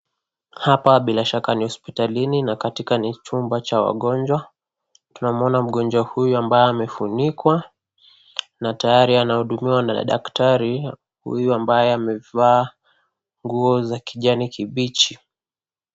Hapa bila shaka ni hospitalini na katika ni chumba cha wagonjwa, tunamwona mgonjwa huyu ambaye amefunkwa na tayari anahudumiwa na daktari huyu ambaye amevaa nguo za kijani kibichi.